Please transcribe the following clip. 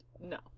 no